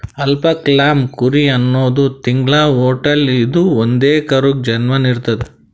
alpaca llama ಕುರಿ ಹನ್ನೊಂದ್ ತಿಂಗ್ಳ ಹೊಟ್ಟಲ್ ಇದ್ದೂ ಒಂದೇ ಕರುಗ್ ಜನ್ಮಾ ನಿಡ್ತದ್